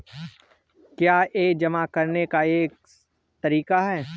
क्या यह जमा करने का एक तरीका है?